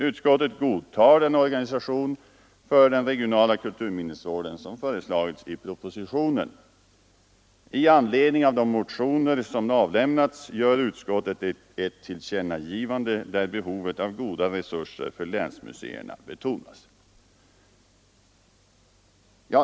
Utskottet godtar den organisation för den regionala kulturminnesvården som föreslagits i propositionen. Med anledning av de motioner som avlämnats gör utskottet ett tillkännagivande där utskottet betonar behovet av goda resurser för länsmuseerna.